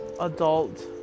adult